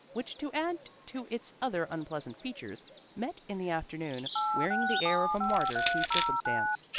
which to add to its other unpleasant features met in the afternoon, wearing the air of a martyr to circumstance.